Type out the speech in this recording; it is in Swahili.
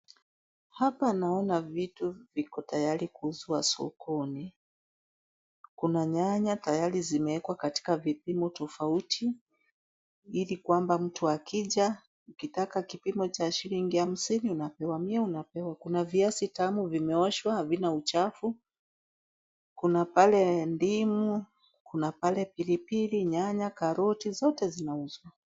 Hapa naona vitu viko tayari kuuzwa sokoni. Kuna nyanya tayari zimewekwa katika vipimo tofauti ili kwamba mtu akija ukitaka kipimo cha shilingi hamsini unapimiwa unapewa. Kuna viazi tamu vimeoshwa havina uchafu. Kuna pale ndimu, kuna pale pilipili, nyanya, karoti zote zinauzwa.